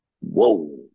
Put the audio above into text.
Whoa